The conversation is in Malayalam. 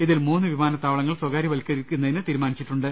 ഇതിൽ മൂന്ന് വിമാനത്താവളങ്ങൾ സ്വകാര്യവൽക്കരിക്കുന്നതിന് തീരുമാനിച്ചിട്ടുണ്ട്